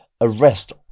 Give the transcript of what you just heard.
arrest